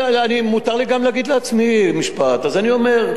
מותר לי גם להגיד לעצמי משפט, אז אני אומר.